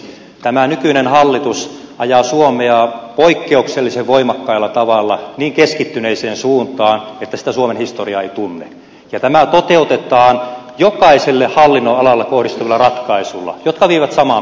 tämä nykyinen hallitus ajaa suomea poikkeuksellisen voimakkaalla tavalla niin keskittyneeseen suuntaan että sitä suomen historia ei tunne ja tämä toteutetaan jokaiselle hallinnonalalle kohdistuvilla ratkaisuilla jotka vievät samaan päämäärään